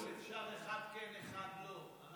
אדוני, בהצעת חוק אפשר אחד כן אחד לא.